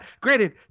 Granted